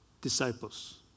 disciples